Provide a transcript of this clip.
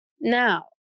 Now